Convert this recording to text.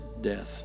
death